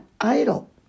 idol